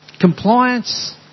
Compliance